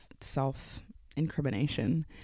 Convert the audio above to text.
self-incrimination